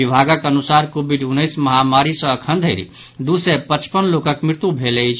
विभागक अनुसार कोविड उनैस महामारी सॅ अखनधरि दू सय पचपन लोकक मृत्यु भेल अछि